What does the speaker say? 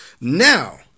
Now